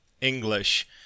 English